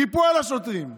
חיפו על השוטרים.